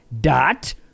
dot